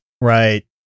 right